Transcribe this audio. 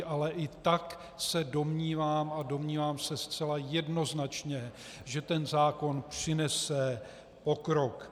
Ale i tak se domnívám, a domnívám se zcela jednoznačně, že ten zákon přinese pokrok.